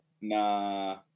Nah